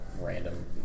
random